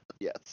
yes